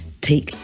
Take